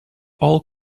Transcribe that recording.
all